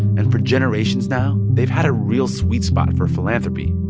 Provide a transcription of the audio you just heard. and for generations now, they've had a real sweet spot for philanthropy.